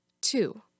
two